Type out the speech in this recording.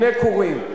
הנה קורים.